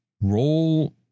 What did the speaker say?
Roll